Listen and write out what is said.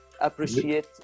appreciate